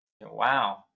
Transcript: Wow